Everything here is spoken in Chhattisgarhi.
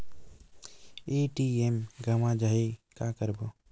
ए.टी.एम गवां जाहि का करबो?